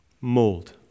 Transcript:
mold